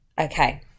Okay